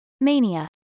Mania